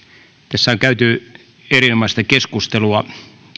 tässä on käyty erinomaista keskustelua